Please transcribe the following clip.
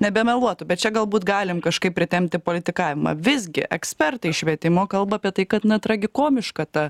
nebemeluotų bet čia galbūt galim kažkaip pritempti politikavimą visgi ekspertai švietimo kalba apie tai kad na tragikomiška ta